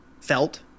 felt